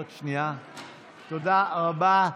תודה רבה.